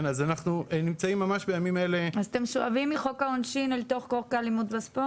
אז אתם שואבים מחוק העונשין אל תוך חוק האלימות בספורט?